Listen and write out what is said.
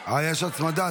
אה, יש הצמדה.